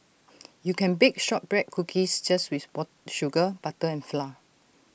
you can bake Shortbread Cookies just with ball sugar butter and flour